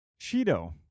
Cheeto